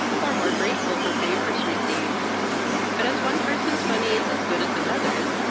or more grateful for favours received but, as one person's money is as good as another's,